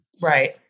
Right